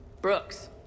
Brooks